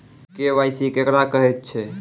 KYC केकरा कहैत छै?